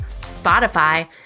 Spotify